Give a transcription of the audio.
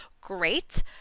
great